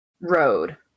Road